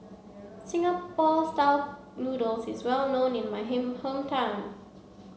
Singapore style noodles is well known in my him hometown